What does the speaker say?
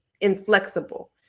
inflexible